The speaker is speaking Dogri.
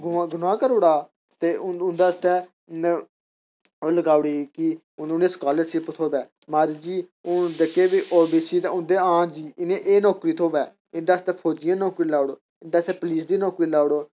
उं'दे आस्तै ओह् लाई ओड़ेआ कि उ'नें ई स्कालरशिप थ्होऐ माराज जी हून जेह्के बी ओ बी सी न उ'नें एह् नौकरी थ्होऐ उं'दे आस्तै फौजी नौकरी लेऔ उ'दे आस्तै पलीस दी नौकरी लाऊड़ओ